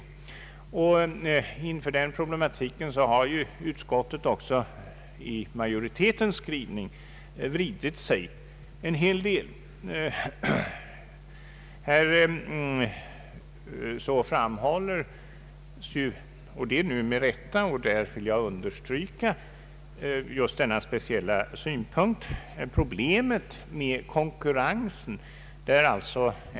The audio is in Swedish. Inför den problematiken har utskottet i majoritetens skrivning vridit sig en hel del. Där framhålls med rätta — och jag vill understryka just denna speciella synpunkt — problemet med konkurrensen.